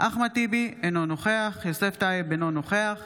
אחמד טיבי, אינו נוכח יוסף טייב, אינו נוכח